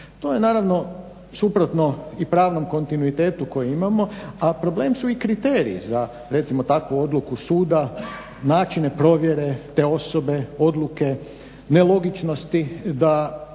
To je naravno suprotno i pravnom kontinuitetu koji imamo, a problem su i kriteriji za recimo takvu odluku suda, načine provjere te osobe, odluke, nelogičnosti da